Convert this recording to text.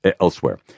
elsewhere